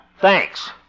Thanks